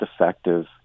effective